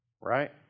right